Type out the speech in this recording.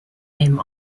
him